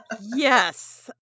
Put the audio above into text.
Yes